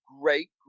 great